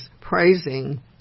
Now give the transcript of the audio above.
praising